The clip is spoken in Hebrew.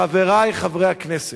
חברי חברי הכנסת,